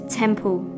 temple